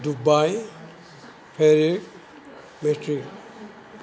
Dubai Paris latin